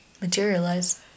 materialize